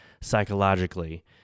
psychologically